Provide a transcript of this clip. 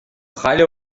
халӗ